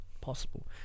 possible